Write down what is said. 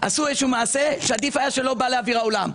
עשו איזשהו מעשה שעדיף שלא היה בא לאוויר העולם.